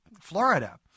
Florida